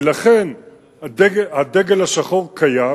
הדגל השחור קיים.